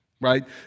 right